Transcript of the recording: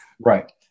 Right